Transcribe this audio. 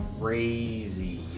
crazy